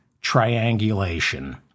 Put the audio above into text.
triangulation